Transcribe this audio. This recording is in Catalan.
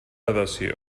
adhesió